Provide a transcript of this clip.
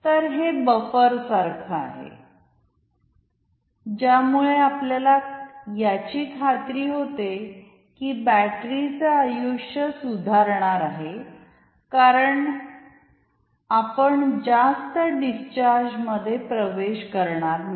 तर हे बफरसारखे आहे ज्यामुळे आपल्याला याची खात्री होते की बॅटरीच आयुष्य सुधारणार आहे कारण आपण जास्त डिस्चार्जमध्ये प्रवेश करणार नाही